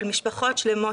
של משפחות שלמות,